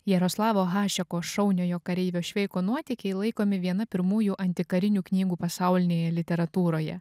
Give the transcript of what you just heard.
jaroslavo hašeko šauniojo kareivio šveiko nuotykiai laikomi viena pirmųjų antikarinių knygų pasaulinėje literatūroje